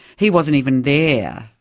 he wasn't even there,